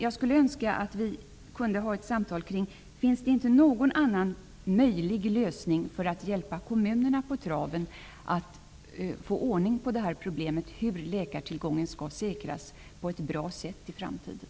Jag skulle önska att vi kunde ha ett samtal kring om det finns någon annan möjlig lösning för att hjälpa kommunerna på traven att få ordning på problemet hur läkartillgången skall säkras på ett bra sätt i framtiden.